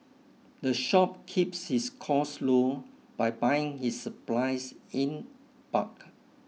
the shop keeps its costs low by buying its supplies in bulk